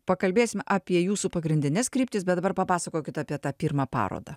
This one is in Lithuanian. pakalbėsim apie jūsų pagrindines kryptis bet dabar papasakokit apie tą pirmą parodą